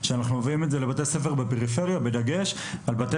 אנחנו מביאים את זה לבתי ספר בפריפריה בדגש על בתי